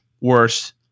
worse